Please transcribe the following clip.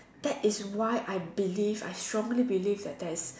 that is why I believe I strongly believe that there is